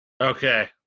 Okay